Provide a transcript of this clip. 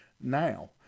now